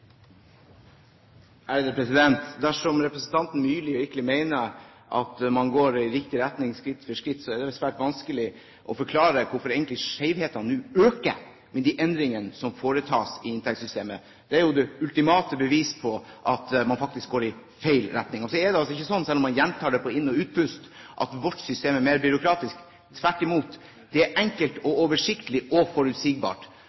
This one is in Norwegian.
Dersom representanten Myrli virkelig mener at man går i riktig retning, skritt for skritt, er det svært vanskelig å forklare hvorfor skjevhetene nå øker med de endringene som foretas i inntektssystemet. Det er jo det ultimate bevis på at man faktisk går i feil retning. Så er det altså ikke slik, selv om man gjentar det på både inn- og utpust, at vårt system er mer byråkratisk. Tvert imot